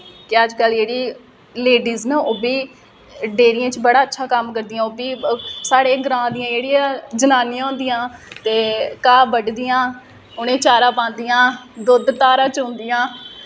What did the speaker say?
ते अज्ज कल जेह्ड़ी लेडीज़ न ओह् बी डेयरियें च बड़ा अच्छा कम्म करदियां ओह् बी साढ़े ग्रांऽ दियां जेह्ड़ियां जनानियां होंदियां ते घाह् बड्ढदियां उ'नें ई चारा पांदियां दुद्ध धारां चौंदियां